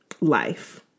life